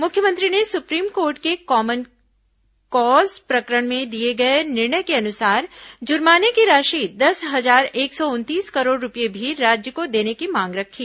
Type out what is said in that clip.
मुख्यमंत्री ने supreme court के कॉमन कॉस प्रकरण में दिए गए निर्णय के अनुसार जुर्माने की राशि दस हजार एक सौ उनतीस करोड़ रूपये भी राज्य को देने की मांग रखी